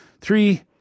Three